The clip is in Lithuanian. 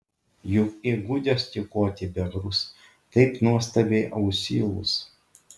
juk įgudęs tykoti bebrus taip nuostabiai ausylus